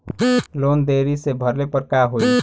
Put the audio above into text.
Loan देरी से भरले पर का होई?